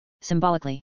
symbolically